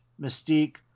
Mystique